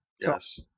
Yes